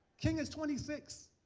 king is twenty six.